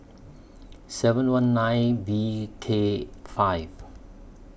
seven one nine V K five